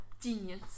genius